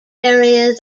areas